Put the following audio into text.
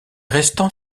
restant